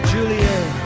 Juliet